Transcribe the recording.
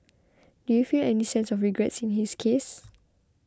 do you feel any sense of regret in his case